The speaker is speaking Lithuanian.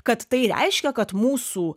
kad tai reiškia kad mūsų